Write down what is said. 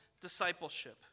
discipleship